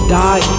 die